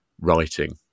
writing